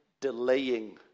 Delaying